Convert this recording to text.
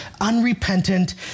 unrepentant